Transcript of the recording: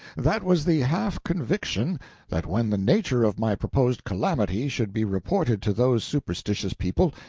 that was the half-conviction that when the nature of my proposed calamity should be reported to those superstitious people,